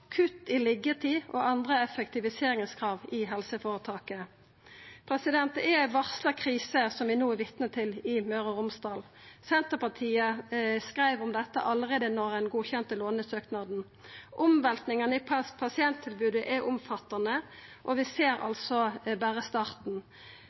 kutt i liggjetid og andre effektiviseringskrav i helseføretaket. Det er ei varsla krise vi no er vitne til i Møre og Romsdal. Senterpartiet skreiv om dette allereie da ein godkjente lånesøknaden. Omveltingane i pasienttilbodet er omfattande, og vi ser